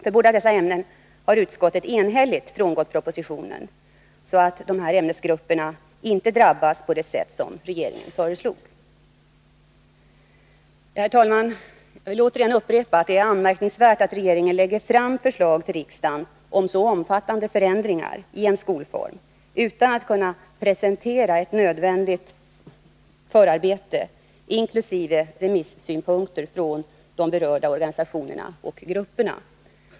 För båda dessa ämnen har utskottet enhälligt frångått propositionen, så att dessa ämnesgrupper inte drabbas på det sätt som regeringen föreslog. Herr talman! Jag vill återigen upprepa att det är anmärkningsvärt att regeringen lägger fram förslag till riksdagen om så omfattande förändringar i en skolform utan att kunna presentera ett nödvändigt förarbete, inkl. remissynpunkter från de berörda organisationerna och grupperna.